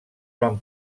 van